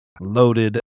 loaded